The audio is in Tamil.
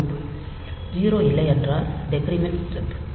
0 இல்லையென்றால் டெக்ரெமெண்ட் ஜம்ப்